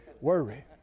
worry